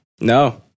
No